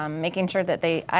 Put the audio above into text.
um making sure that they,